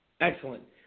Excellent